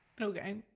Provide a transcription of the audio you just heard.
Okay